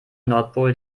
nordpol